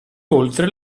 oltre